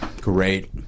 great